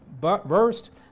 burst